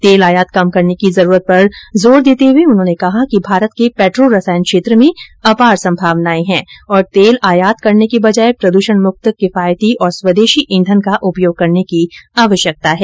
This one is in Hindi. तेल आयात कम करने की जरूरत पर जोर देते हुए उन्होंने कहा कि भारत के पेट्रो रसायन क्षेत्र में अपार संभावनाए हैं और तेल आयात करने की बजाय प्रदूषण मुक्त किफायती और स्वदेशी ईंधन का उपयोग करने की आवश्यकता है